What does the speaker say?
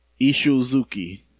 Ishizuki